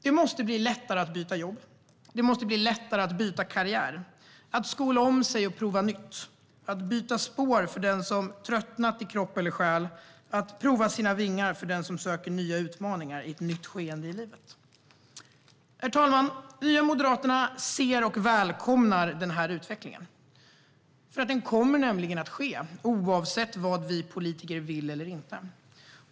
Det måste bli lättare att byta jobb, byta karriär, skola om sig och prova nytt, att byta spår för den som har tröttnat i kropp eller själ, att pröva sina vingar för den som söker nya utmaningar i ett nytt skede i livet. Herr talman! Nya moderaterna ser och välkomnar den här utvecklingen. Den kommer att ske oavsett vad vi politiker vill eller inte.